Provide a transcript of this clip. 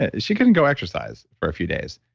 ah she couldn't go exercise for a few days,